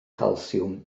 calsiwm